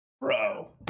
bro